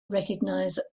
recognize